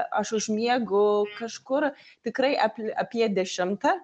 aš užmiegu kažkur tikrai ap apie dešimtą